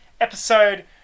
episode